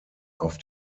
auf